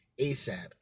ASAP